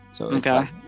Okay